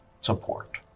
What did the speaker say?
support